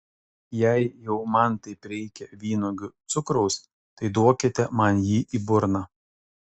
jei jau man taip reikia vynuogių cukraus tai duokite man jį į burną